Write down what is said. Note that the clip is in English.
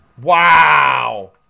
Wow